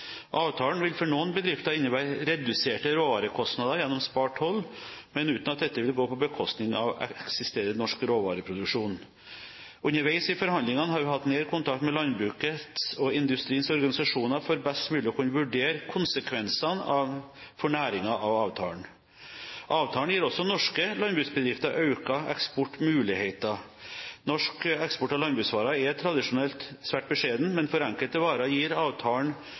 Avtalen vil for noen bedrifter innebære reduserte råvarekostnader gjennom spart toll, men uten at dette vil gå på bekostning av eksisterende norsk råvareproduksjon. Underveis i forhandlingene har vi hatt nær kontakt med landbrukets og industriens organisasjoner for best mulig å kunne vurdere konsekvensene for næringen av avtalen. Avtalen gir også norske landbruksbedrifter økte eksportmuligheter. Norsk eksport av landbruksvarer er tradisjonelt svært beskjeden, men for enkelte varer gir avtalen